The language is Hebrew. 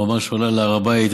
הוא אמר שהוא עלה להר הבית.